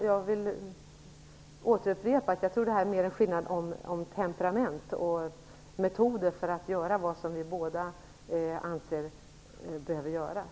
Jag vill återupprepa att jag tror att detta mer är en skillnad i temperament och metoder när det gäller att göra vad vi båda anser behöver göras.